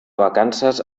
vacances